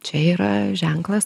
čia yra ženklas